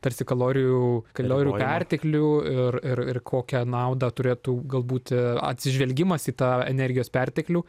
tarsi kalorijų kalorijų perteklių ir ir kokią naudą turėtų galbūt atsižvelgimas į tą energijos perteklių